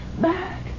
back